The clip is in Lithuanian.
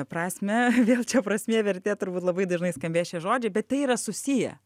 prasme vėl čia prasmė vertė turbūt labai dažnai skambės šie žodžiai bet tai yra susiję